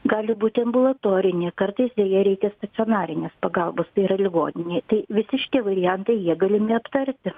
gali būti ambulatorinė kartais deja reikia stacionarinės pagalbos tai yra ligoninėj tai visi šitie variantai jie galimi aptarti